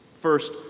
First